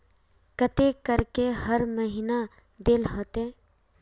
केते करके हर महीना देल होते?